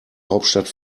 hauptstadt